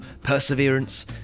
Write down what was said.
perseverance